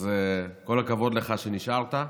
אז כל הכבוד לך שנשארת.